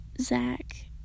Zach